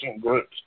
groups